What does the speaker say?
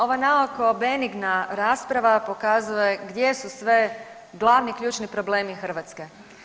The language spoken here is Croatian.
Ova naoko benigna rasprava pokazuje gdje su sve glavni ključni problemi Hrvatske.